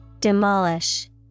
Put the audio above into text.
Demolish